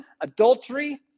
adultery